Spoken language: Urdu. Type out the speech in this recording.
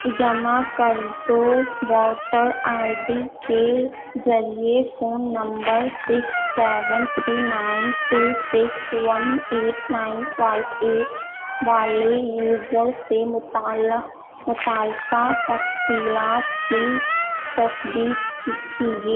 جمع کردو ووٹر آئی ڈی کے ذریعے phone number six seven three nine two six one eight nine five eight والے یوزر سے متعلق متعلقہ تفصیلات کی تصدیق کیجیے